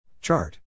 Chart